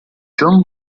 john